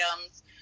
items